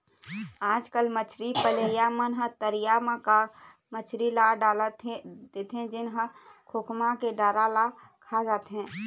आजकल मछरी पलइया मन ह तरिया म का का मछरी ल डाल देथे जेन ह खोखमा के डारा ल खा जाथे